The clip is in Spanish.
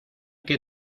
que